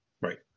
Right